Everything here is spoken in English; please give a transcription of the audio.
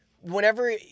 whenever